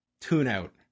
tune-out